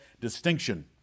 distinction